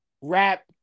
rap